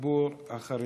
הציבור החרדי.